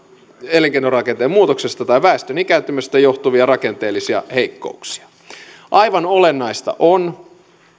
elinkeinorakenteen muutoksesta tai väestön ikääntymisestä johtuvia rakenteellisia heikkouksia aivan olennaista on